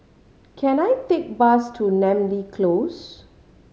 can I take a bus to Namly Close